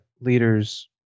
leaders